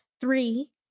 Three